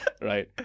Right